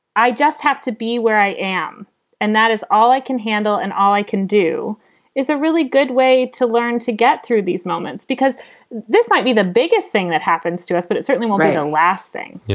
i just have to be where i am and that is all i can handle and all i can do is a really good way to learn to get through these moments because this might be the biggest thing that happens to us. but it certainly will be the and last thing yeah